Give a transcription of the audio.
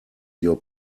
your